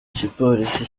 gipolisi